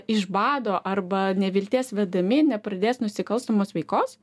iš bado arba nevilties vedami nepradės nusikalstamos veikos